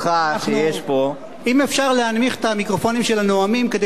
אם אפשר להנמיך את המיקרופונים של הנואמים כדי לא להפריע לשיחות באולם.